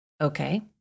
Okay